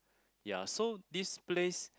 ya so this place